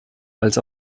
als